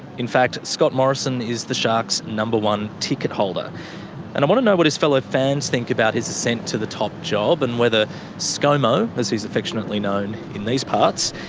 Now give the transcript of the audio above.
in fact, scott morrison is the sharks' number one ticket holder and i want to know what his fellow fans think about his ascent to the top job and whether scomo, as he's affectionately known in these parts,